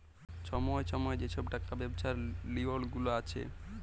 ছময়ে ছময়ে যে ছব টাকা ব্যবছার লিওল গুলা আসে